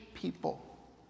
people